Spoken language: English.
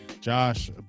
Josh